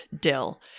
dill